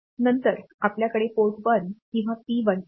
नंतर आपल्याकडे पोर्ट 1 किंवा पी 1 आहे